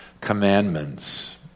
commandments